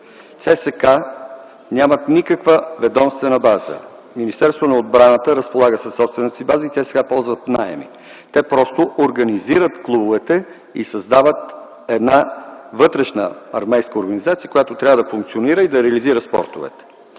ЦСКА нямат никаква ведомствена база. Министерството на отбраната разполага със собствената си база и те сега ползват наеми. Те просто организират клубовете и създават една вътрешна армейска организация, която трябва да функционира и да реализира спортовете.